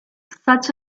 such